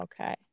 okay